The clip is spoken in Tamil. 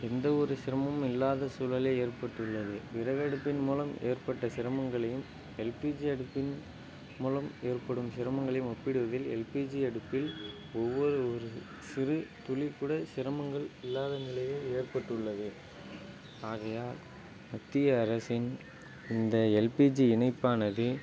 எந்த ஒரு சிரமமும் இல்லாத சூழலே ஏற்பட்டுள்ளது விறகடுப்பின் மூலம் ஏற்பட்ட சிரமங்களையும் எல்பிஜி அடுப்பின் மூலம் ஏற்படும் சிரமங்களையும் ஒப்பிடுகையில் எல்பிஜி அடுப்பில் ஒவ்வொரு ஒரு சிறு துளி கூட சிரமங்கள் இல்லாத நிலையே ஏற்பட்டுள்ளது ஆகையால் மத்திய அரசின் இந்த எல்பிஜி இணைப்பானது